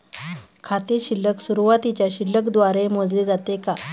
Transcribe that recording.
खाते शिल्लक सुरुवातीच्या शिल्लक द्वारे मोजले जाते का?